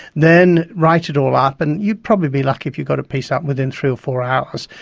then write it all up, and you'd probably be lucky if you got a piece up within three or four hours.